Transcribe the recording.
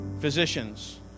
physicians